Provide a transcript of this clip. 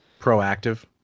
proactive